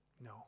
No